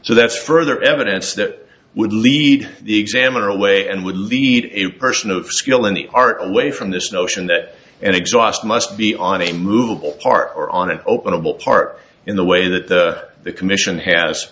so that's further evidence that would lead the examiner away and would lead a person of skill in the art way from this notion that an exhaust must be on a movable part or on an open it will part in the way that the commission has